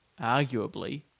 arguably